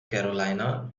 carolina